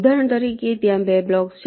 ઉદાહરણ તરીકે ત્યાં 2 બ્લોક્સ છે